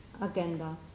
agenda